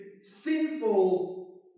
sinful